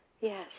Yes